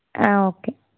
ஆ okay